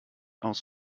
aus